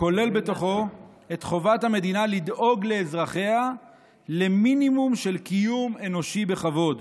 כולל בתוכו את חובת המדינה לדאוג לאזרחיה למינימום של קיום אנושי בכבוד,